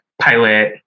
pilot